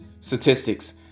Statistics